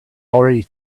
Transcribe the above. already